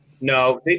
No